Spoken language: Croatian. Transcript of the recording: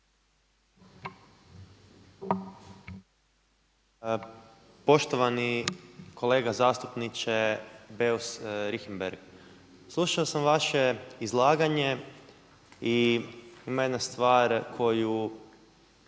Poštovani kolega zastupniče Beus Richembergh slušao sam vaše izlaganje i ima jedna stvar koja